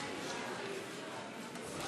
37 תומכים,